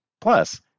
Plus